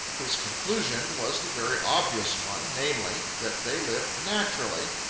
his conclusion was the very obvious one, namely, that they lived naturally,